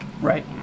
Right